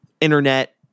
internet